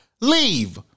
Leave